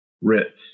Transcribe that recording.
Ritz